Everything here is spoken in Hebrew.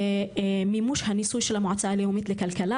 למימוש הניסוי של המועצה הלאומית לכלכלה